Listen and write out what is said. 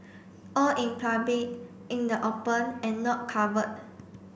all in public in the open and not covered